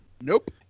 Nope